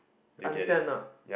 understand a not